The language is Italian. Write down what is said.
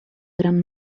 gran